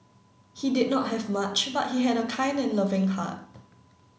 he did not have much but he had a kind and loving heart